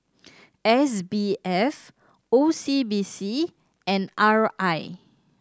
S B F O C B C and R I